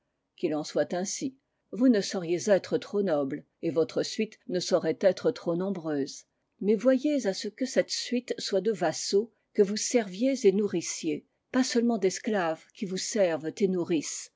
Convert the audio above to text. qu'il en soit ainsi vous ne sauriez être trop noble et votre suite ne saurait être trop nombreuse mais voyez à ce que cette suite soit de vassaux que vous serviez et nourrissiez pas seulement d'esclaves qui vous servent et nourrissent